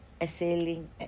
assailing